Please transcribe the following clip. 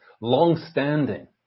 long-standing